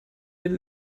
den